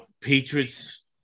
Patriots